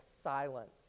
silence